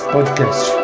Podcast